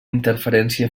interferència